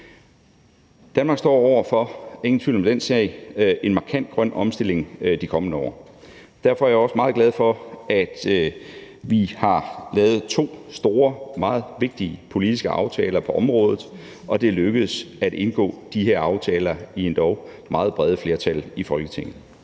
Danmark står over for en markant grøn omstilling de kommende år – ingen tvivl om den sag. Derfor er jeg også meget glad for, at vi har lavet to store og meget vigtige politiske aftaler på området, og at det er lykkedes at indgå de her aftaler i endog meget brede flertal i Folketinget.